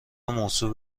مصور